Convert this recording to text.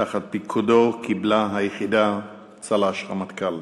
תחת פיקודו קיבלה היחידה צל"ש רמטכ"ל.